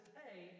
pay